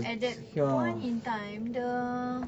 at that point in time the